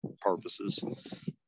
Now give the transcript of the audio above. purposes